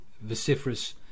vociferous